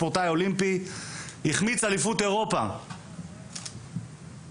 החמיץ אליפות אירופה כי